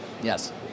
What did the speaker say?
Yes